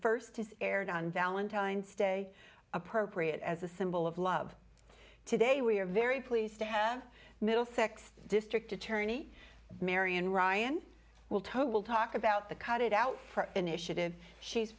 first aired on valentine's day appropriate as a symbol of love today we are very pleased to have middlesex district attorney marian ryan will talk about the cut it out initiative she